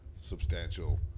substantial